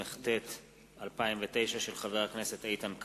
התשס"ט 2009, מאת חבר הכנסת איתן כבל,